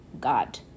God